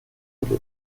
brûlé